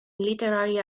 literary